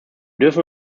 dürfen